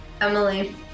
Emily